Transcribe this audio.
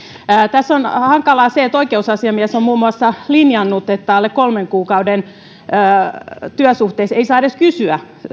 tässä on hankalaa se että oikeusasiamies on muun muassa linjannut että alle kolmen kuukauden työsuhteissa ei saa edes kysyä